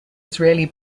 israeli